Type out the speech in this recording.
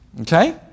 Okay